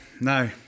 no